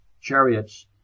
chariots